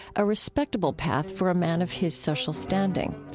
a respectable path for a man of his social standing.